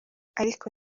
ariko